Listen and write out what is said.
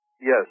Yes